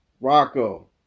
Rocco